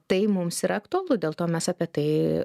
tai mums yra aktualu dėl to mes apie tai